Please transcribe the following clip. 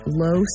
low